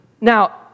Now